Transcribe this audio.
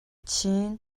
chin